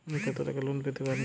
আমি কত টাকা লোন পেতে পারি?